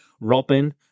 Robin